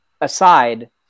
aside